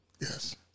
Yes